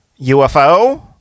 UFO